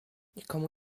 nikomu